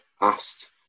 asked